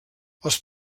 els